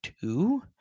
two